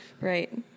Right